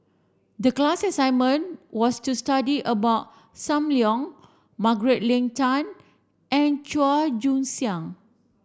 the class assignment was to study about Sam Leong Margaret Leng Tan and Chua Joon Siang